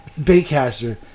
baitcaster